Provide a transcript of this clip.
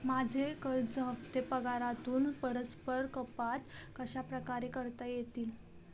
माझे कर्ज हफ्ते पगारातून परस्पर कपात कशाप्रकारे करता येतील?